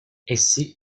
essi